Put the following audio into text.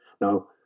Now